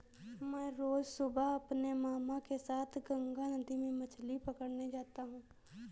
मैं रोज सुबह अपने मामा के साथ गंगा नदी में मछली पकड़ने जाता हूं